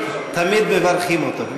אנחנו תמיד מברכים אותו,